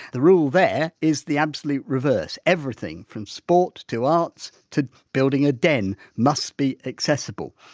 the rule there is the absolute reverse, everything from sport to arts to building a den must be accessible.